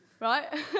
Right